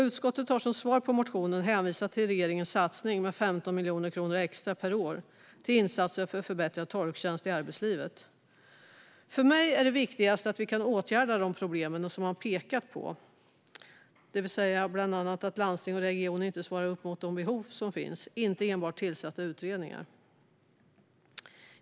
Utskottet har som svar på motionen hänvisat till regeringens satsning med 15 miljoner kronor extra per år till insatser för förbättrad tolktjänst i arbetslivet. För mig är det viktigast att vi kan åtgärda de problem som man pekar på - det vill säga bland annat att landsting och regioner inte svarar upp mot de behov som finns - och inte enbart tillsätta utredningar.